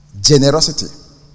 generosity